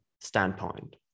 standpoint